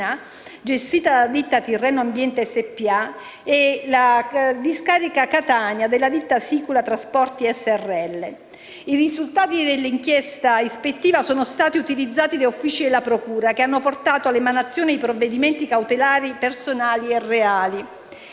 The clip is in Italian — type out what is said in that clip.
gestiti dalla ditta Tirreno Ambiente SpA, e nella discarica Catania, gestita dalla ditta sicula Trasporti Srl. I risultati dell'inchiesta ispettiva sono stati utilizzati dagli uffici della procura e hanno portato all'emanazione di provvedimenti cautelari personali e reali.